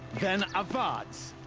then avad's!